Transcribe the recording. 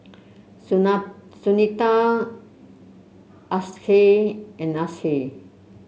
Sunita Akshay and Akshay